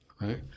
right